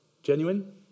Genuine